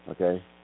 Okay